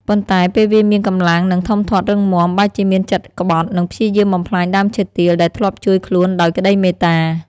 ប៉ុន្តែពេលវាមានកម្លាំងនិងធំធាត់រឹងមាំ បែរជាមានចិត្តក្បត់ និងព្យាយាមបំផ្លាញដើមឈើទាលដែលធ្លាប់ជួយខ្លួនដោយក្តីមេត្តា។